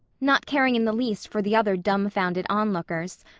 not caring in the least for the other dumbfounded onlookers.